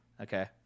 Okay